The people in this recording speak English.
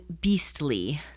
Beastly